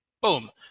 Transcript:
Boom